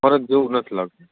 ફેર જેવું નથી લાગતું